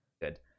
good